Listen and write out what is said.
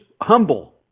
humble